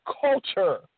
culture